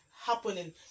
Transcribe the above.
happening